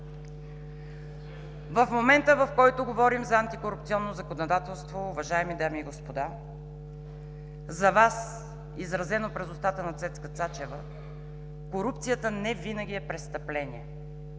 в момента, в който говорим за антикорупционно законодателство, уважаеми дами и господа, за Вас, изразено през устата на Цецка Цачева – корупцията невинаги е престъпление.